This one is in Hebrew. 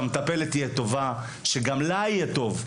שהמטפלת תהיה טובה ושגם לה יהיה טוב.